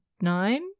nine